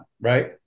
right